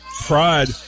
Pride